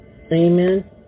Amen